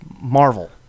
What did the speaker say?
Marvel